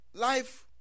Life